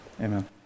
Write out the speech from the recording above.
amen